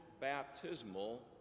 baptismal